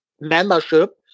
membership